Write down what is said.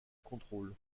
contrôle